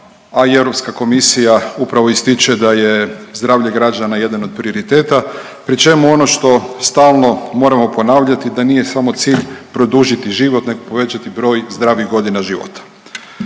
i Europska komisija upravo ističe da je zdravlje građana jedan od prioriteta, pri čemu ono što stalno moramo ponavljati da nije samo cilj produžiti život nego povećati broj zdravih godina života.